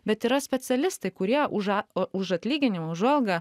bet yra specialistai kurie už a o už atlyginimą už algą